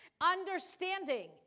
Understanding